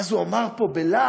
ואז הוא אמר פה בלהט,